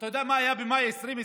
אתה יודע מה היה במאי 2020?